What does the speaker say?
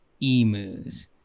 emus